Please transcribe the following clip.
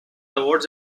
awards